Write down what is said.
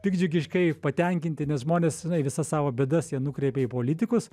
piktdžiugiškai patenkinti nes žmonės žinai visas savo bėdas jie nukreipia į politikus